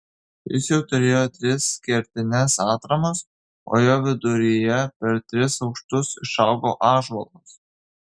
jis jau turėjo tris kertines atramas o jo viduryje per tris aukštus išaugo ąžuolas